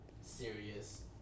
serious